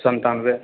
संतानबे